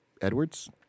Edwards